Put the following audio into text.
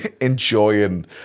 enjoying